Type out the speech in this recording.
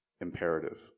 imperative